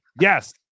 yes